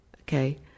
okay